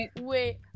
Wait